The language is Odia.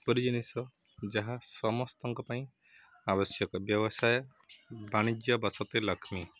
ପରି ଜିନିଷ ଯାହା ସମସ୍ତଙ୍କ ପାଇଁ ଆବଶ୍ୟକ ବ୍ୟବସାୟ ବାଣିଜ୍ୟ ବାସତେ ଲକ୍ଷ୍ମୀ